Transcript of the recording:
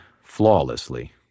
flawlessly